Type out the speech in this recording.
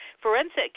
forensic